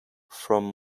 from